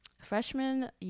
Freshman